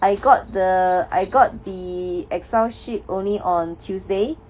I got the I got the Excel sheet only on tuesday